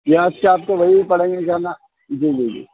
پیاز تو آپ کو وہی پڑیں گے کیا نا جی جی